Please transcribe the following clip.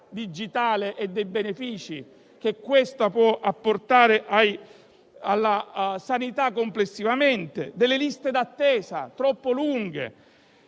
digitale e dei benefici che essa può apportare alla sanità nel suo complesso; delle liste d'attesa troppo lunghe;